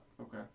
Okay